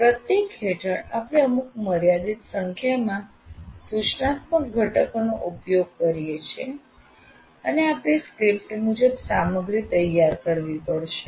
પ્રત્યેક હેઠળ આપણે અમુક મર્યાદિત સંખ્યામાં સૂચનાત્મક ઘટકોનો ઉપયોગ કરીએ છીએ અને આપે સ્ક્રિપ્ટ મુજબ સામગ્રી તૈયાર કરવી જોઈએ